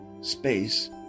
space